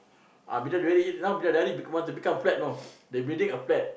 ah Bidadari now Bidadari want to become flat you know they building a flat